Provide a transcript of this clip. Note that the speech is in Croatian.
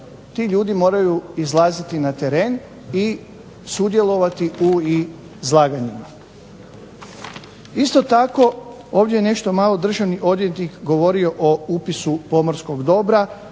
ti ljudi moraju izlaziti na teren i sudjelovati u izlaganjima. Isto tako ovdje je nešto malo državni odvjetnik govorio o upisu pomorskog dobra,